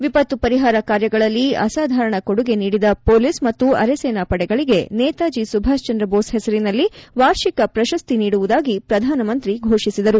ವಿಪತ್ತು ಪರಿಹಾರ ಕಾರ್ಯಗಳಲ್ಲಿ ಅಸಾಧಾರಣಾ ಕೊಡುಗೆ ನೀಡಿದ ಪೊಲೀಸ್ ಮತ್ತು ಅರೆಸೇನಾ ಪಡೆಗಳಿಗೆ ನೇತಾಜಿ ಸುಭಾಷ್ಚಂದ್ರಬೋಸ್ ಹೆಸರಿನಲ್ಲಿ ವಾರ್ಷಿಕ ಪ್ರಶಸ್ತಿ ನೀಡುವುದಾಗಿ ಪ್ರಧಾನಮಂತ್ರಿ ಘೋಷಿಸಿದರು